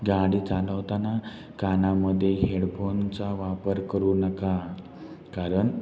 गाडी चालवताना कानामध्ये हेडफोनचा वापर करू नका कारण